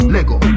Lego